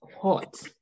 hot